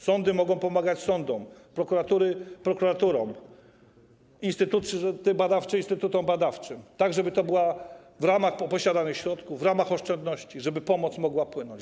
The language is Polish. Sądy mogą pomagać sądom, prokuratury prokuraturom, instytuty badawcze instytutom badawczym, tak żeby to było w ramach posiadanych środków, w ramach oszczędności, żeby ta pomoc mogła płynąć.